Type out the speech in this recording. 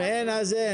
אם אין, אז אין.